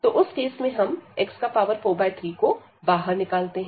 तो उस केस में हम x43 को बाहर निकालते हैं